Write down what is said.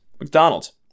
McDonald's